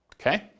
Okay